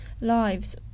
lives